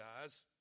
guys